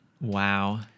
Wow